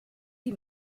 sie